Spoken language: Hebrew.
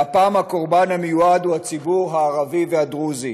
והפעם הקורבן המיועד הוא הציבור הערבי והדרוזי,